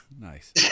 nice